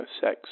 sex